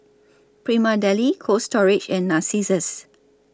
Prima Deli Cold Storage and Narcissus